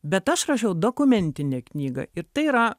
bet aš rašiau dokumentinę knygą ir tai yra